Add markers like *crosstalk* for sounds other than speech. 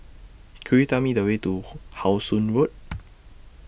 Could YOU Tell Me The Way to *noise* How Sun Road *noise*